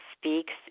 speaks